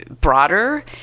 broader